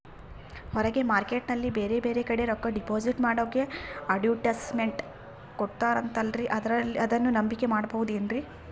ಹೊರಗೆ ಮಾರ್ಕೇಟ್ ನಲ್ಲಿ ಬೇರೆ ಬೇರೆ ಕಡೆ ರೊಕ್ಕ ಡಿಪಾಸಿಟ್ ಮಾಡೋಕೆ ಅಡುಟ್ಯಸ್ ಮೆಂಟ್ ಕೊಡುತ್ತಾರಲ್ರೇ ಅದನ್ನು ನಂಬಿಕೆ ಮಾಡಬಹುದೇನ್ರಿ?